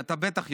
אתה בטח יודע,